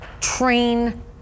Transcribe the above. train